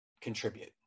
contribute